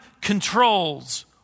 controls